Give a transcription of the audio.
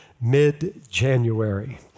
mid-January